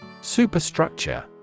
Superstructure